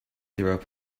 through